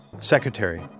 secretary